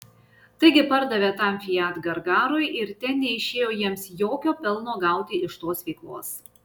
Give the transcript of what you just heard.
taigi pardavė tam fiat gargarui ir ten neišėjo jiems jokio pelno gauti iš tos veiklos